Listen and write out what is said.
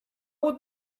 would